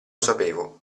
sapevo